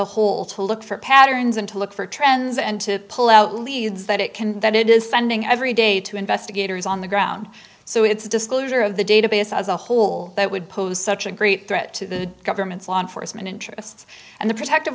a whole to look for patterns and to look for trends and to pull out leads that it can that it is spending every day to investigators on the ground so it's disclosure of the database as a whole that would pose such a great threat to the government's law enforcement interests and the protective